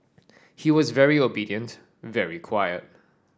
he was very obedient very quiet